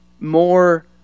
more